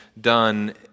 done